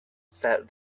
said